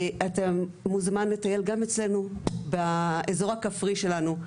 אתה מוזמן לטייל גם אצלנו, באזור הכפרי שלנו.